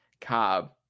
Cobb